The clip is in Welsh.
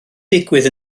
digwydd